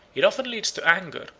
it often leads to anger,